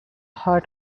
heart